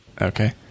Okay